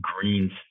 green